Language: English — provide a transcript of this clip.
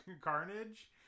Carnage